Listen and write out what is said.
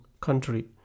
country